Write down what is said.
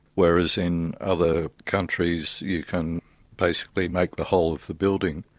whereas in other countries you can basically make the whole of the building,